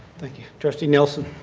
thank you. trustee nielsen?